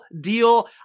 deal